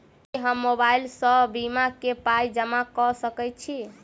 की हम मोबाइल सअ बीमा केँ पाई जमा कऽ सकैत छी?